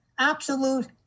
Absolute